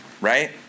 right